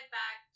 back